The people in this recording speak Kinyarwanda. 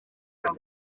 bravo